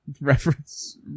Reference